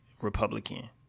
Republican